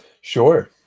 Sure